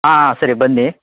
ಹಾಂ ಹಾಂ ಸರಿ ಬನ್ನಿ